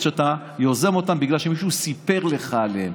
שאתה יוזם אותן בגלל שמישהו סיפר לך עליהן.